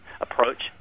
approach